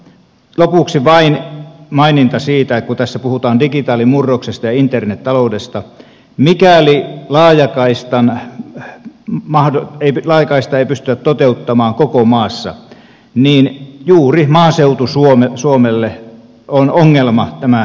lopuksi vain maininta siitä kun tässä puhutaan digitaalimurroksesta ja internet taloudesta että mikäli laajakaistaa ei pystytä toteuttamaan koko maassa niin juuri maaseutu suomelle on ongelma tämä tulevaisuudennäky